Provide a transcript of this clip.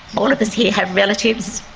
all of us here have relatives,